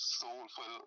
soulful